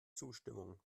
zustimmung